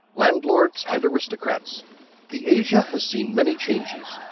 landlords and aristocrats the asia has seen many changes.